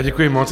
Děkuji moc.